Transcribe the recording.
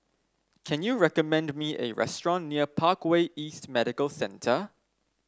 can you recommend me a restaurant near Parkway East Medical Centre